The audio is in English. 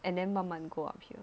and then 慢慢 go up here